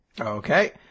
Okay